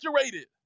saturated